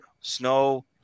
snow